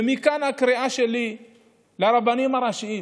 ומכאן הקריאה שלי לרבנים הראשיים,